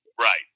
right